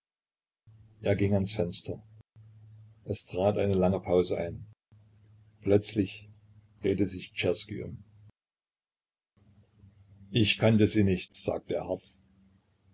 er ging ans fenster es trat eine lange pause ein plötzlich drehte sich czerski um ich kannte sie nicht sagte er hart